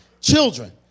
children